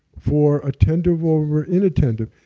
for attentive or inattentive.